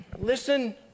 listen